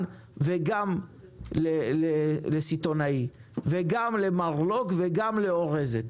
וגם לסיטונאי וגם למרלו"ג וגם לאורזת,